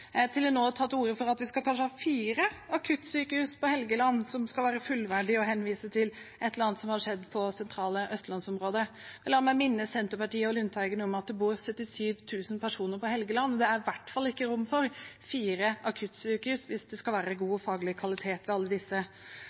at en nå har tatt til orde for at vi kanskje skal ha fire akuttsykehus på Helgeland som skal være fullverdige, og henviser til et eller annet som har skjedd i det sentrale østlandsområdet. La meg minne Senterpartiet og representanten Lundteigen om at det bor 77 000 personer på Helgeland. Det er i hvert fall ikke rom for fire akuttsykehus hvis det skal være god faglig kvalitet ved alle disse.